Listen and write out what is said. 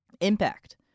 Impact